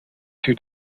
two